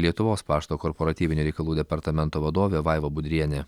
lietuvos pašto korporatyvinio reikalų departamento vadovė vaiva budrienė